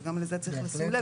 אז גם לזה צריך לשים לב,